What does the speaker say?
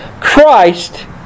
Christ